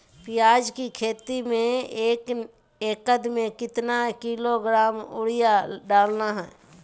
प्याज की खेती में एक एकद में कितना किलोग्राम यूरिया डालना है?